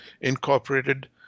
incorporated